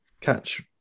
catch